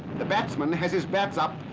the batsmen has his pads up,